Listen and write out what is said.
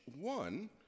one